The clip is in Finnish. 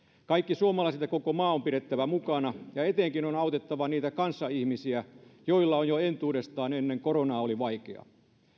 kaikki suomalaiset ja koko maa on pidettävä mukana ja etenkin on autettava niitä kanssaihmisiä joilla jo entuudestaan ennen koronaa oli vaikeaa